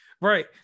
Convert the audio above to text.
Right